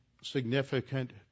significant